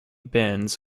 bends